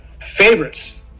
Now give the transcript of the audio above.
favorites